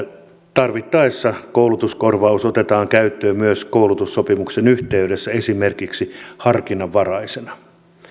tarvittaessa koulutuskorvaus otetaan käyttöön myös koulutussopimuksen yhteydessä esimerkiksi harkinnanvaraisena